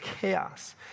chaos